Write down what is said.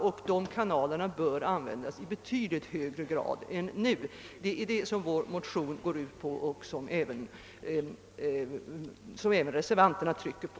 Och de kanalerna bör användas i betydligt högre grad än vad som nu är fallet. Det är det som vår motion och även reservationen går ut på.